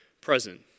present